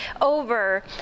over